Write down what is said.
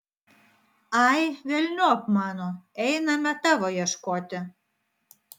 ai velniop mano einame tavo ieškoti